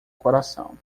coração